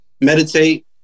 meditate